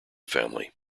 family